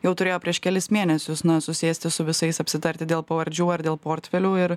jau turėjo prieš kelis mėnesius na susėsti su visais apsitarti dėl pavardžių ar dėl portfelių ir